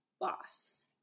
Boss